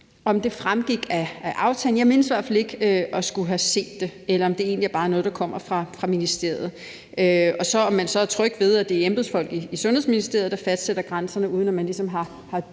om det fremgik af aftalen – jeg mindes i hvert fald ikke at have set det – eller om det egentlig bare er noget, der kommer fra Sundhedsministeriet, og om man så også er tryg ved, at det er embedsfolkene i ministeriet, der fastsætter grænserne, uden at man ligesom har